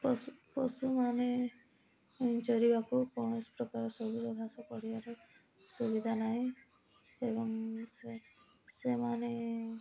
ପଶୁ ପଶୁ ମାନେ ଚରିବାକୁ କୌଣସି ପ୍ରକାର ସବୁଜ ଘାସ ପଡ଼ିଆ ର ସୁବିଧା ନାହିଁ ଏବଂ ସେ ସେମାନେ